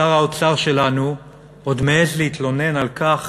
שר האוצר שלנו עוד מעז להתלונן על כך